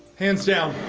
hands down.